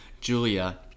Julia